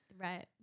Right